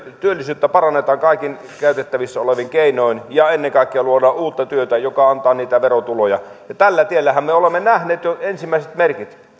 työllisyyttä parannetaan kaikin käytettävissä olevin keinoin ja ennen kaikkea luodaan uutta työtä joka antaa niitä verotuloja ja tällä tiellähän me olemme nähneet jo ensimmäiset merkit